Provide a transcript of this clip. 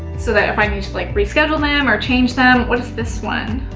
so that if i need to like reschedule them or change them, what is this one?